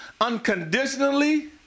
unconditionally